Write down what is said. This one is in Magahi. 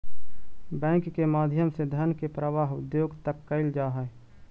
बैंक के माध्यम से धन के प्रवाह उद्योग तक कैल जा हइ